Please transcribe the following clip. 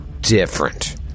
different